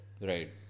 Right